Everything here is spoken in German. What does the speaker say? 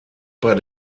bei